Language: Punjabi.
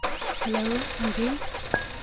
ਹੈਲੋ ਹਾਂਜੀ